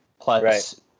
plus